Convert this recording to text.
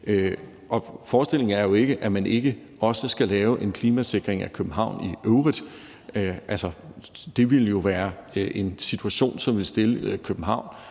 Forestillingen er jo ikke, at man ikke også skal lave en klimasikring af København i øvrigt, for det ville jo være en situation, som ville stille København